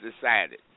decided